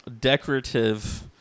decorative